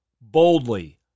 boldly